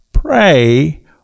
Pray